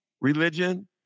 religion